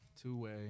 two-way